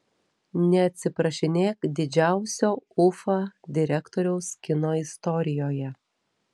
neatsiprašinėk didžiausio ufa direktoriaus kino istorijoje